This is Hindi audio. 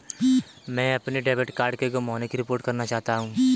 मैं अपने डेबिट कार्ड के गुम होने की रिपोर्ट करना चाहता हूँ